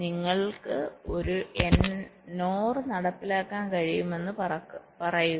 നിങ്ങൾക്ക് ഒരു NOR നടപ്പിലാക്കാൻ കഴിയുമെന്ന് പറയുക